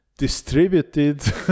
distributed